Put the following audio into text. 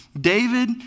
David